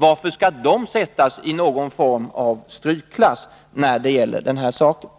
Varför skall de sättas i någon form av strykklass i det avseendet?